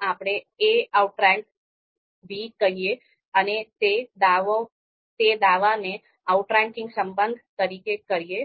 જો આપણે a outrank b કહીએ અને તે દાવાને આઉટરેંકિંગ સંબંધ તરીકે કરીએ